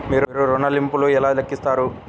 మీరు ఋణ ల్లింపులను ఎలా లెక్కిస్తారు?